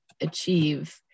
achieve